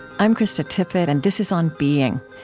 i'm krista tippett, and this is on being.